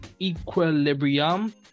equilibrium